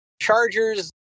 Chargers